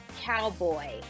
Cowboy